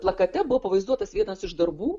plakate buvo pavaizduotas vienas iš darbų